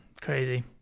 crazy